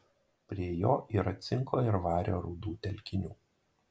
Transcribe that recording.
prie jo yra cinko ir vario rūdų telkinių